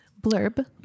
Blurb